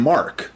Mark